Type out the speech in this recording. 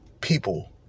people